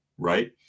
Right